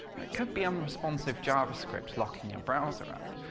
could be unresponsive javascript locking your browser up.